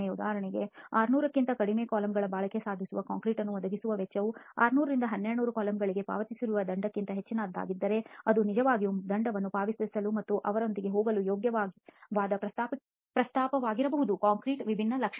ಉದಾಹರಣೆಗೆ 600 ಕ್ಕಿಂತ ಕಡಿಮೆ ಕೂಲಂಬ್ಗಳ ಬಾಳಿಕೆ ಸಾಧಿಸುವ ಕಾಂಕ್ರೀಟ್ ಅನ್ನು ಒದಗಿಸುವ ವೆಚ್ಚವು 600 ರಿಂದ 1200 ಕೂಲಂಬ್ಗಳಿಗೆ ಪಾವತಿಸಲಿರುವ ದಂಡಕ್ಕಿಂತ ಹೆಚ್ಚಿನದಾಗಿದ್ದರೆ ಅದು ನಿಜವಾಗಿಯೂ ದಂಡವನ್ನು ಪಾವತಿಸಲು ಮತ್ತು ಅದರೊಂದಿಗೆ ಹೋಗಲು ಯೋಗ್ಯವಾದ ಪ್ರಸ್ತಾಪವಾಗಿರಬಹುದು ಕಾಂಕ್ರೀಟ್ ವಿಭಿನ್ನ ಲಕ್ಷಣ